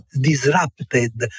disrupted